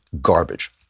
garbage